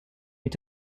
mit